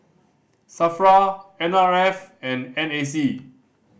SAFRA N R F and N A C